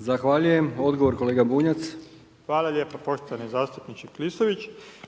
Branimir (Živi zid)** Hvala lijepo poštovani zastupniče Klisović.